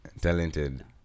Talented